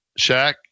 Shaq